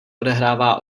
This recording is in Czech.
odehrává